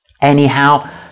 Anyhow